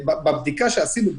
בבדיקה שעשינו,